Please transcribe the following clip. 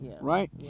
right